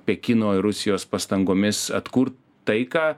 pekino ir rusijos pastangomis atkurt taiką